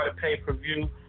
pay-per-view